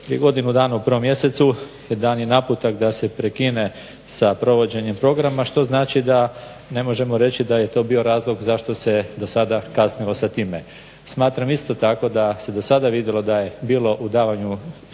godinu dana u 1. mjesecu je dat naputak da se prekine sa provođenjem programa što znači da ne možemo reći da je to bio razlog zašto se do sada kasnilo sa time. Smatram isto tako da se do sada vidjelo da je bilo u davanju